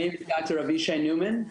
אני ד"ר אבישי נוימן,